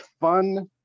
fun